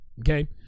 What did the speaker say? Okay